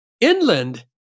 inland